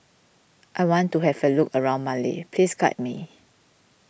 I want to have a look around Male please guide me